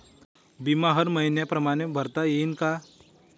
बिमा हर मइन्या परमाने भरता येऊन का?